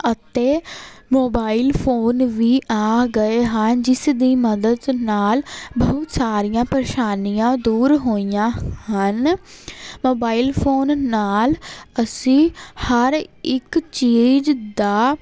ਅਤੇ mobile phone ਵੀ ਆ ਗਏ ਹਾਂ ਜਿਸ ਦੀ ਮਦਦ ਨਾਲ਼ ਬਹੁਤ ਸਾਰੀਆਂ ਪ੍ਰੇਸ਼ਾਨੀਆਂ ਦੂਰ ਹੋਈਆਂ ਹਨ ਮੋਬਾਇਲ ਫ਼ੋਨ ਨਾਲ਼ ਅਸੀਂ ਹਰ ਇੱਕ ਚੀਜ ਦਾ